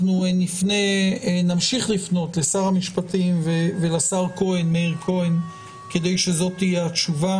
אנחנו נמשיך לפנות לשר המשפטים ולשר מאיר כהן כדי שזו תהיה התשובה.